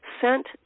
sent